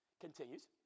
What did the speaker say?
continues